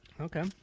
Okay